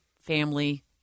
family